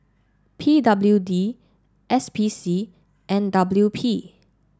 P W D S P C and W P